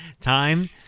Time